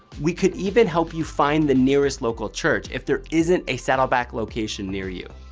we could even help you find the nearest local church if there isn't a saddleback location near you.